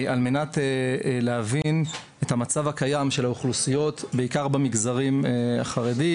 על מנת להבין את המצב הקיים של האוכלוסיות בעיקר במגזרים החרדי,